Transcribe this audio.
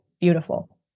beautiful